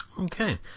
Okay